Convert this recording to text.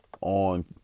on